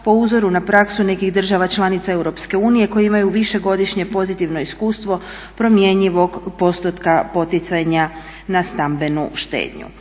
po uzoru na praksu nekih država članica Europske unije koje imaju višegodišnje pozitivno iskustvo promjenjivog postotka poticanja na stambenu štednju.